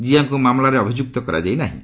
ଜିଆଙ୍କୁ ମାମଲାରେ ଅଭିଯୁକ୍ତ କରାଯାଇନାହିଁ